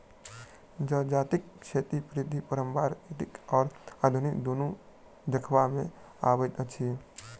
जजातिक खेती पद्धति पारंपरिक आ आधुनिक दुनू देखबा मे अबैत अछि